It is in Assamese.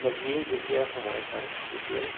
বা যিয়ে যেতিয়া সময় পায় তেতিয়াই